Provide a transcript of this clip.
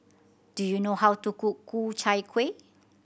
do you know how to cook Ku Chai Kuih